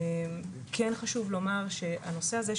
כן חשוב לומר שהנושא הזה,